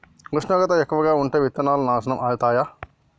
ఉష్ణోగ్రత ఎక్కువగా ఉంటే విత్తనాలు నాశనం ఐతయా?